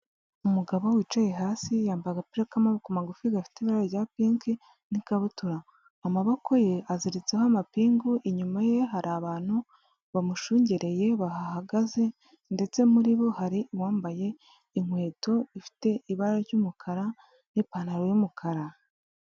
Umugabo wicaye hasi yambaye agapira k'amaboko magufi gafite ibara rya pinki n'ikabutura, amaboko ye aziritseho amapingu, inyuma ye hari abantu bamushungereye bahahagaze ndetse muri bo hari uwambaye inkweto ifite ibara ry'umukara n'ipantaro y'umukara.